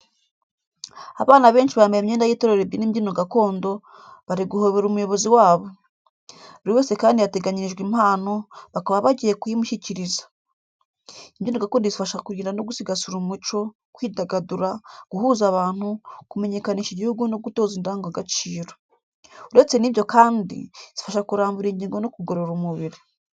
Abana benshi bambaye imyenda y'itorero ribyina imbyino gakondo, bari guhobera umuyobozi wabo. Buri wese kandi yateganyirijwe impano, bakaba bagiye kuyimushyikiriza. Imbyino gakondo zifasha kurinda no gusigasira umuco, kwidagadura, guhuza abantu, kumenyekanisha igihugu no gutoza indangagaciro. Uretse n'ibyo kandi, zifasha kurambura ingingo no kugorora umubiri.